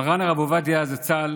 מרן הרב עובדיה זצ"ל